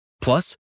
Plus